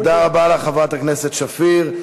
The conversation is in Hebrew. תודה רבה לך, חברת הכנסת שפיר.